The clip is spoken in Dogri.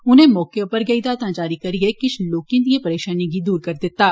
उनें मौके उप्पर गै हिदायतां जारी करियें किश लोकेंदिए परेशानिएं गी दूर करी दित्ता